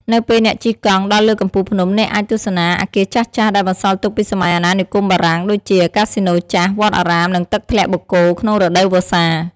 នៅពេលអ្នកជិះកង់ដល់លើកំពូលភ្នំ អ្នកអាចទស្សនាអគារចាស់ៗដែលបន្សល់ទុកពីសម័យអាណានិគមបារាំង ដូចជា កាស៊ីណូចាស់ វត្តអារាម និងទឹកធ្លាក់បូកគោ ក្នុងរដូវវស្សា។